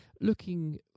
Looking